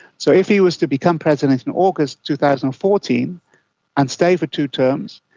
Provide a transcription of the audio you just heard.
so if he was to become president in august two thousand and fourteen and stay for two terms,